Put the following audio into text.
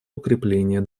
укрепления